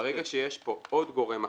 ברגע שיש פה עוד גורם הכנסה,